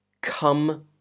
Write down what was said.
come